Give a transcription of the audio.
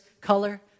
color